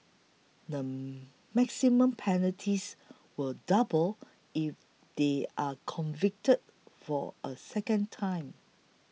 the maximum penalties will double if they are convicted for a second time